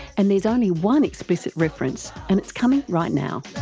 and there's only one explicit reference and it's coming right now.